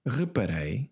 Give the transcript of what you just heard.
reparei